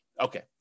okay